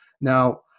now